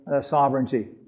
sovereignty